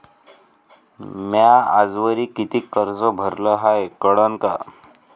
म्या आजवरी कितीक कर्ज भरलं हाय कळन का?